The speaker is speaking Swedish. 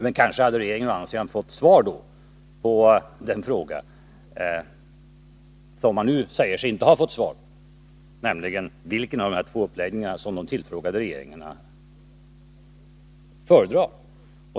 Men regeringen hade kanske å andra sidan fått svar på den fråga som man nu säger siginte ha fått svar på, nämligen vilken av de här två uppläggningarna som de tillfrågade regeringarna föredrar.